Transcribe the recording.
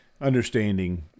understanding